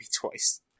twice